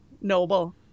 noble